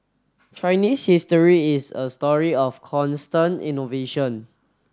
Chinese history is a story of constant innovation